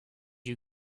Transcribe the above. you